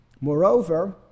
Moreover